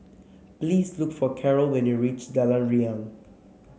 please look for Karol when you reach Jalan Riang